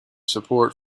support